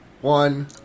one